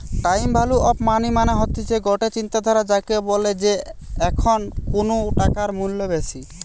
time value of money মানে হতিছে গটে চিন্তাধারা যাকে বলে যে এখন কুনু টাকার মূল্য বেশি